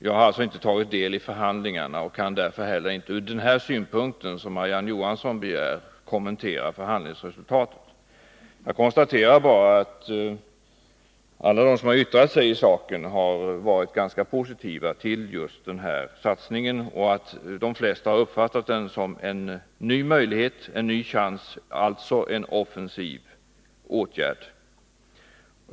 Jag har alltså inte tagit del i förhandlingarna och kan därför inte heller ur den synpunkt som Marie-Ann Johansson begär kommentera förhandlingsresultatet. Jag kan bara konstatera att alla de som yttrat sig i saken varit ganska positiva till just denna satsning. De flesta har uppfattat det som en ny möjlighet och en ny chans till en offensiv.